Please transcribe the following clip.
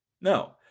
no